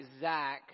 Zach